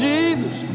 Jesus